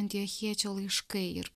antiochiečio laiškai ir